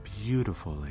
beautifully